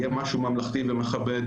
יהיה משהו ממלכתי ומכבד?